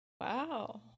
Wow